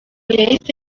yahise